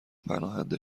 پناهنده